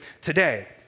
today